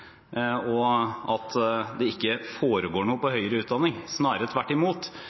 og at det ikke foregår noe innenfor høyere utdanning – snarere tvert imot.